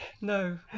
no